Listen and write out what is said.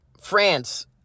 France